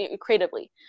creatively